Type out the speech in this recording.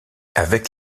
avec